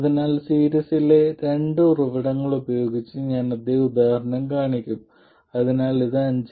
അതിനാൽ സീരീസിലെ രണ്ട് ഉറവിടങ്ങൾ ഉപയോഗിച്ച് ഞാൻ അതേ ഉദാഹരണം കാണിക്കും അതിനാൽ ഇത് 5